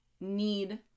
need